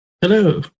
hello